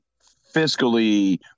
fiscally